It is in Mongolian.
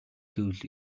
гэвэл